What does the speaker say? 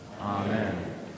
Amen